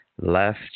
left